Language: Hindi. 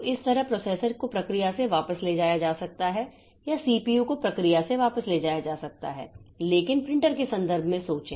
तो इस तरह प्रोसेसर को प्रक्रिया से वापस ले जाया जा सकता है या सीपीयू को प्रक्रिया से वापस ले जाया जा सकता है लेकिन प्रिंटर के संदर्भ में सोचें